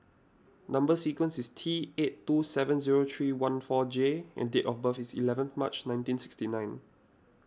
Number Sequence is T eight two seven zero three one four J and date of birth is eleven March nineteen sixty nine